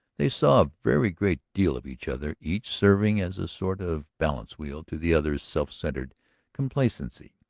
they saw a very great deal of each other, each serving as a sort of balance-wheel to the other's self-centred complacency.